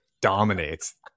dominates